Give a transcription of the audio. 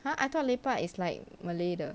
I thought part is like malay